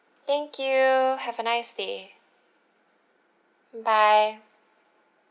thank you have a nice day bye